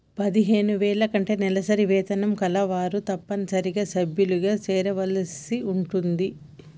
పదిహేను వేల కంటే నెలవారీ వేతనం కలవారు తప్పనిసరిగా సభ్యులుగా చేరవలసి ఉంటుంది